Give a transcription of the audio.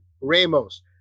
Ramos